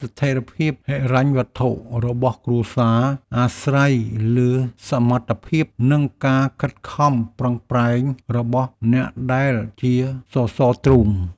ស្ថិរភាពហិរញ្ញវត្ថុរបស់គ្រួសារអាស្រ័យលើសមត្ថភាព និងការខិតខំប្រឹងប្រែងរបស់អ្នកដែលជាសសរទ្រូង។